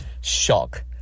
shock